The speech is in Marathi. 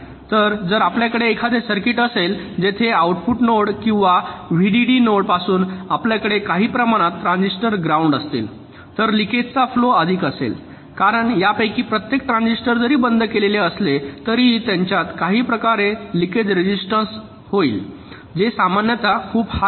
तर जर आपल्याकडे एखादे सर्किट असेल जेथे आउटपुट नोड किंवा व्हीडीडी नोड पासून आपल्याकडे काही प्रमाणात ट्रान्झिस्टर ग्राउंड असतील तर लिकेज चा फ्लो अधिक असेल कारण यापैकी प्रत्येक ट्रान्झिस्टर जरी बंद केलेले असले तरीही त्यांच्यात काही प्रकारचे लिकेज रेसिस्टन्स होईल जे सामान्यत खूप हाय आहे